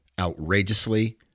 outrageously